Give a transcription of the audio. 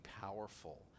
powerful